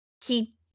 keep